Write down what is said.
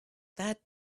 that